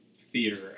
theater